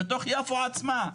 בתוך יפו עצמה,